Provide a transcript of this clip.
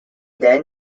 then